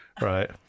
right